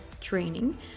training